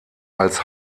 als